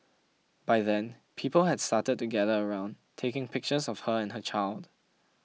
by then people had started to gather around taking pictures of her and her child